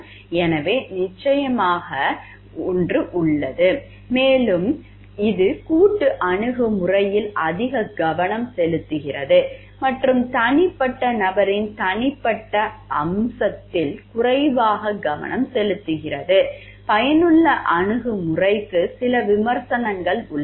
எனவே நிச்சயமாக உள்ளது மேலும் இது கூட்டு அணுகுமுறையில் அதிக கவனம் செலுத்துகிறது மற்றும் தனிப்பட்ட நபரின் தனிப்பட்ட அம்சத்தில் குறைவாக கவனம் செலுத்துகிறது பயனுள்ள அணுகுமுறைக்கு சில விமர்சனங்கள் உள்ளன